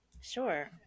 Sure